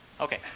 Okay